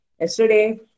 Yesterday